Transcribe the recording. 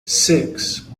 six